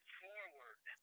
forward